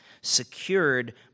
secured